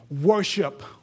worship